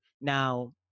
Now